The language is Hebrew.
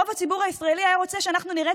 רוב הציבור הישראלי היה רוצה שאנחנו נראה